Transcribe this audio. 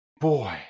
boy